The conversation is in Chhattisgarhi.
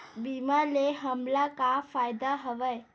बीमा ले हमला का फ़ायदा हवय?